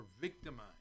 victimized